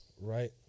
Right